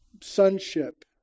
sonship